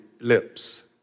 lips